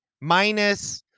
Minus